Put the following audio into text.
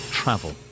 travel